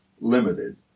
limited